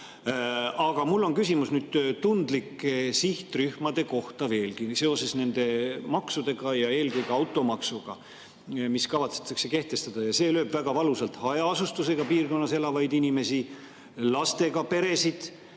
on veel küsimus tundlike sihtrühmade kohta seoses maksudega ja eelkõige automaksuga, mis kavatsetakse kehtestada. See lööb väga valusalt hajaasustusega piirkonnas elavaid inimesi, lastega peresid,